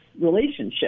relationship